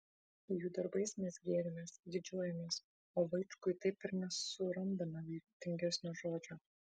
jų darbais mes gėrimės didžiuojamės o vaičkui taip ir nesurandame vertingesnio žodžio